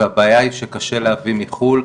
והבעיה היא שקשה להביא מחו"ל.